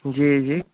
जी जी